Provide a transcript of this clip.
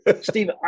Steve